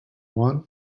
one